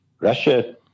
Russia